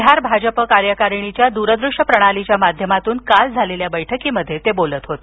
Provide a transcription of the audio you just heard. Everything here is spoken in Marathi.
बिहार भाजप कार्यकारिणीच्या दूरदृष्य प्रणालीच्या माध्यमातून काल झालेल्या बैठकीत ते बोलत होते